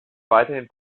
weiterhin